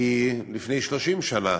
כי לפני 30 שנה,